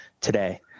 today